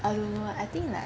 um I don't know I think like